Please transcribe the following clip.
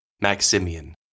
Maximian